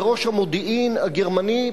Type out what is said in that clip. וראש המודיעין הגרמני,